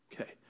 Okay